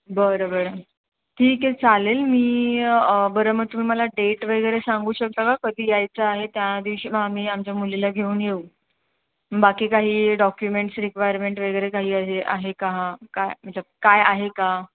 बरं बरं ठीक आहे चालेल मी बरं मग तुम्ही मला डेट वगैरे सांगू शकता का कधी यायचं आहे त्या दिवशी मग आम्ही आमच्या मुलीला घेऊन येऊ बाकी काही डॉक्युमेंट्स रिक्वायरमेंट वगैरे काही आहे का हां काय म्हणजे काय आहे का